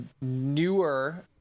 newer